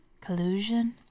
Collusion